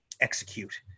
execute